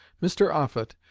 mr. offutt,